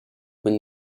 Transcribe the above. win